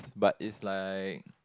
but is like